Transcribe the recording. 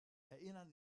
erinnern